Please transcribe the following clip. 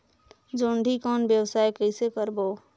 जोणी कौन व्यवसाय कइसे करबो?